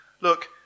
Look